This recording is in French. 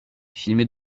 filmée